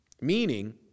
Meaning